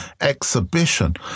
exhibition